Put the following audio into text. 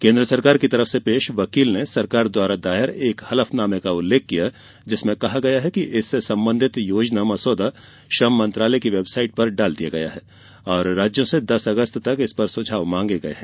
केंद्र सरकार की तरफ से पेश वकील ने सरकार द्वारा दायर एक हलफनामे का उल्लेख किया जिसमें कहा गया है कि इससे संबंधित योजना मसौदा श्रम मंत्रालय की वेबसाइट पर डाल दिया गया है और राज्यों से दस अगस्त तक इस पर सुझाव मांगे गए गए हैं